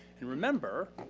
and remember,